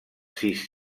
sis